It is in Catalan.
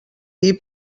dir